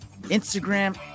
Instagram